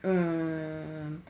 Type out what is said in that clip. um